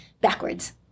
backwards